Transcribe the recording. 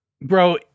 bro